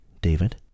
David